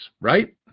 Right